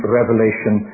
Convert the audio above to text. Revelation